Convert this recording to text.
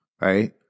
Right